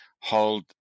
hold